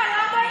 למה?